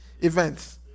events